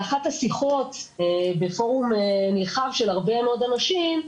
באחת השיחות בפורום נרחב של הרבה מאוד אנשים,